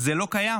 זה לא קיים.